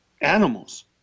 animals